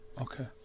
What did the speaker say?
Okay